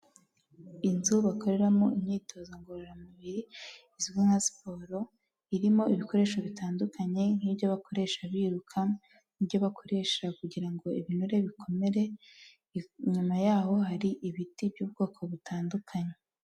Inzu bakoreramo imyitozo ngororamubiri izwi nka siporo, irimo ibikoresho bitandukanye nk'ibyo bakoresha biruka, ibyo bakoresha kugira ngo ibinure bikomere, inyuma yaho hari ibiti by'ubwoko butandukanye.